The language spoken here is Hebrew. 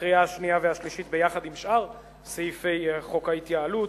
לקריאה השנייה והשלישית ביחד עם שאר סעיפי חוק ההתייעלות,